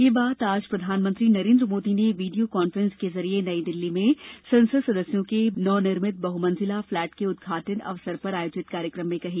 ये बात आज प्रधानमंत्री नरेन्द्र मोदी ने वीडियो कांफ्रेंस के जरिए नई दिल्ली में संसद सदस्यों के नवनिर्मित बहुमंजिला फ्लैट के उदघाटन अवसर पर आयोजित कार्यक्रम में कही